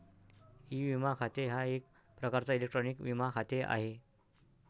E विमा खाते हा एक प्रकारचा इलेक्ट्रॉनिक विमा खाते आहे